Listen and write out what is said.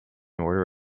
order